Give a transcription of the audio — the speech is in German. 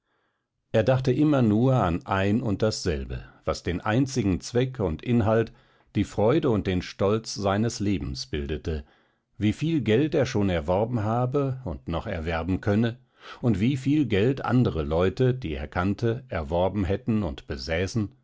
er dachte immer nur an ein und dasselbe was den einzigen zweck und inhalt die freude und den stolz seines lebens bildete wieviel geld er schon erworben habe und noch erwerben könne und wieviel geld andere leute die er kannte erworben hätten und besäßen